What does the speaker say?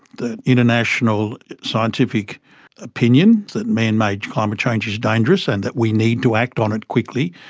that international scientific opinion that man-made climate change is dangerous and that we need to act on it quickly,